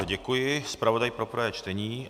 Děkuji zpravodaji pro prvé čtení.